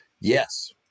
Yes